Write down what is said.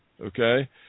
Okay